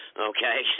Okay